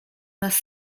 nas